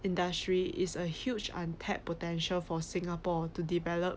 industry is a huge untapped potential for singapore to develop